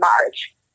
March